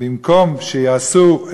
במקום שיעשו,